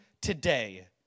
today